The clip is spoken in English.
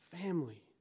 Family